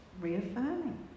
reaffirming